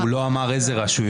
הוא לא אמר איזה רשויות.